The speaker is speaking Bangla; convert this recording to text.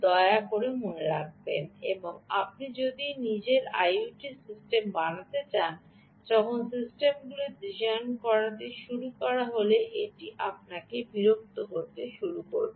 দয়া করে মনে রাখবেন এবং আপনি যখন নিজের আইওটি সিস্টেম বানাতে চাইছেন তখন সিস্টেমগুলি ডিজাইন করা শুরু করলে এটি আপনাকে বিরক্ত করতে শুরু করবে